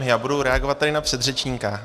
Já budu reagovat tady na předřečníka.